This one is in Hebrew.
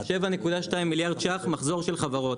7.2 מיליארד ₪ מחזור של חברות.